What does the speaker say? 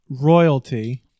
royalty